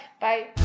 bye